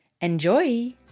Enjoy